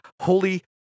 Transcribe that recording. holy